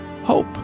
hope